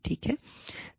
ठीक है